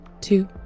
two